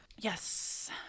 Yes